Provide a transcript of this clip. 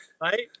right